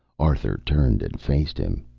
arthur turned and faced him.